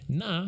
na